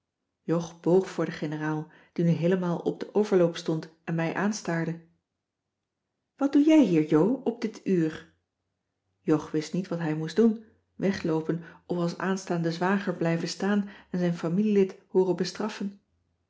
jog boog voor de generaal die nu heelemaal op den overloop stond en mij aanstaarde wat doe jij hier jo op dit uur jog wist niet wat hij moest doen wegloopen of als aanstaande zwager blijven staan en zijn familielid hooren bestraffen